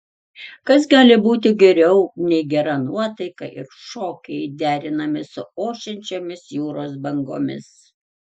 kas gali būti geriau nei gera nuotaika ir šokiai derinami su ošiančiomis jūros bangomis